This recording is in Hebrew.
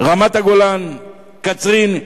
קצרין ברמת-הגולן,